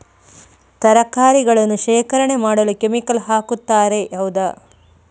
ತರಕಾರಿಗಳನ್ನು ಶೇಖರಣೆ ಮಾಡಲು ಕೆಮಿಕಲ್ ಹಾಕುತಾರೆ ಹೌದ?